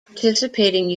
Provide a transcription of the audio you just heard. participating